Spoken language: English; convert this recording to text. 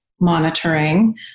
monitoring